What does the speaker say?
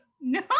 no